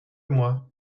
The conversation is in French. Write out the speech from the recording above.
moi